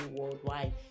worldwide